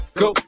go